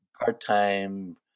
part-time